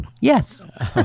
Yes